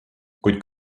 kuid